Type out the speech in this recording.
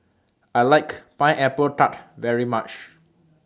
I like Pineapple Tart very much